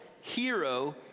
hero